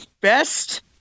best